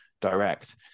direct